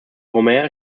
homer